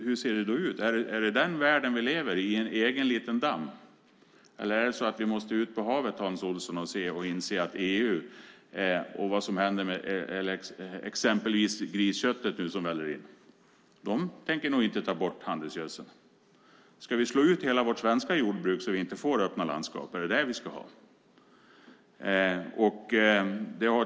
Hur ser det då ut? Är det den världen vi lever i, i en egen liten damm, eller är det så att vi måste ut på havet, Hans Olsson, och inse att i EU - med tanke på vad som händer med exempelvis det griskött som nu väller in - tänker de nog inte ta bort handelsgödseln. Ska vi slå ut hela vårt svenska jordbruk så att vi inte får öppna landskap? Är det så vi ska ha det?